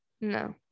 No